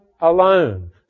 alone